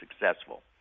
successful